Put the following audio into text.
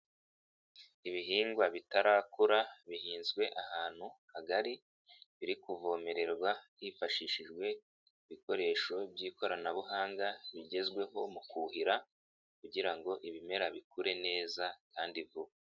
Ibihingwa bitarakura bihinzwe ahantu hagari, biri kuvomererwa hifashishijwe ibikoresho by'ikoranabuhanga bigezweho mu kuhira kugira ngo ibimera bikure neza kandi vuba.